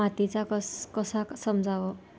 मातीचा कस कसा समजाव?